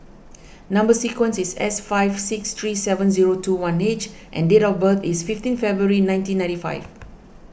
Number Sequence is S five six three seven zero two one H and date of birth is fifteen February nineteen ninety five